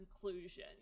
conclusion